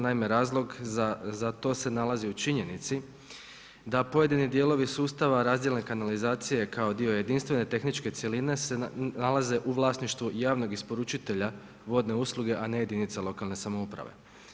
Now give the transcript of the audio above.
Naime razlog za to se nalazi u činjenici da pojedini dijelovi sustava razdjelne kanalizacije kao dio jedinstvene tehničke cjeline se nalaze u vlasništvu javnog isporučitelja vodne usluge, a ne jedinica lokalne samouprave.